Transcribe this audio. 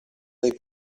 dai